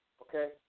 Okay